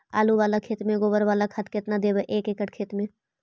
आलु बाला खेत मे गोबर बाला खाद केतना देबै एक एकड़ खेत में?